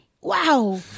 Wow